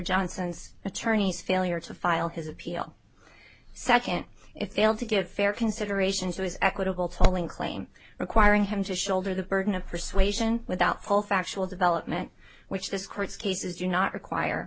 johnson's attorney's failure to file his appeal second if able to give fair consideration to his equitable talling claim requiring him to shoulder the burden of persuasion without full factual development which this court's cases do not require